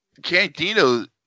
Candino